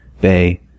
bay